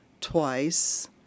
twice